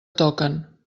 toquen